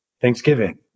thanksgiving